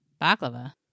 Baklava